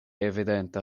evidenta